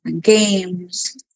games